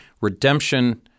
Redemption